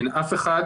אין אף אחד